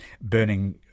burning